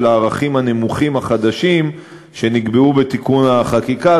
הערכים הנמוכים החדשים שנקבעו בתיקון החקיקה,